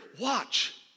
watch